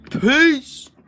Peace